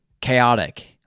chaotic